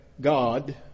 God